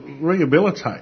Rehabilitate